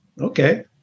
Okay